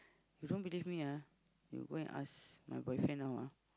you don't believe me ah you go and ask my boyfriend now ah